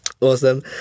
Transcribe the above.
Awesome